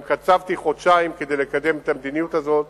גם קצבתי חודשיים כדי לקדם את המדיניות הזאת,